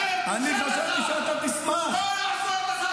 זה מה שאתה יודע?